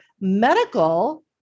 medical